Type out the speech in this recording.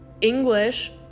english